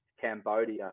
Cambodia